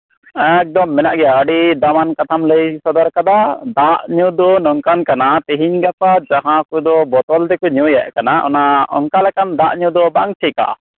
ᱮᱠᱫᱚᱢ ᱢᱮᱱᱟᱜ ᱜᱮᱭᱟ ᱟᱹᱰᱤ ᱫᱟᱢᱟᱱ ᱠᱟᱛᱷᱟᱢ ᱞᱟᱹᱭ ᱥᱚᱫᱚᱨ ᱟᱠᱟᱫᱟ ᱫᱟᱜ ᱧᱩ ᱫᱚ ᱱᱚᱝᱠᱟᱱ ᱠᱟᱱᱟ ᱛᱮᱹᱦᱮᱹᱧ ᱜᱟᱯᱟ ᱡᱟᱦᱟᱸ ᱠᱚᱫᱚ ᱵᱳᱛᱚᱞ ᱛᱮᱠᱚ ᱧᱩᱭᱮᱫ ᱠᱟᱱᱟ ᱚᱱᱟ ᱚᱱᱠᱟᱞᱮᱠᱟᱱ ᱫᱟᱜ ᱧᱩᱫᱚ ᱵᱟᱝ ᱴᱷᱤᱠᱟ